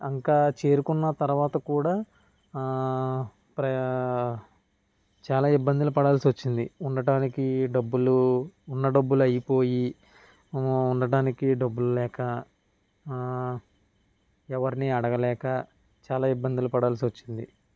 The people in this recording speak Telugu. ఇంకా చేరుకున్న తర్వాత కూడా ప్రయా చాలా ఇబ్బందులు పడాల్సి వచ్చింది ఉండటానికి డబ్బులు ఉన్న డబ్బులు అయిపోయి ఉండటానికి డబ్బులు లేక ఎవరిని అడగలేక చాలా ఇబ్బందులు పడాల్సి వచ్చింది